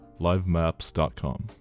livemaps.com